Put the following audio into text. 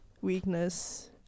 weakness